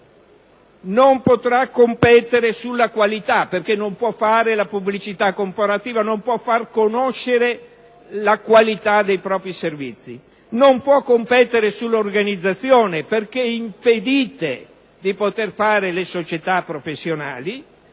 non potrà competere sulla qualità, perché non può fare la pubblicità comparativa, non può far conoscere la qualità dei propri servizi; non può competere sull'organizzazione, perché impedite di fare le società professionali.